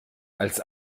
als